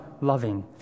loving